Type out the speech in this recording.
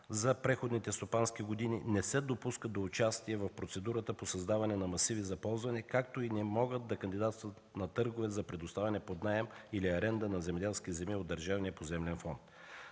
за предходните стопански години, не се допускат до участие в процедурата по създаване на масиви за ползване, както и не могат да кандидатстват на търгове за предоставяне под наем или аренда на земеделски земи от Държавния поземлен фонд.